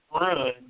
run